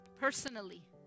personally